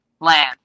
land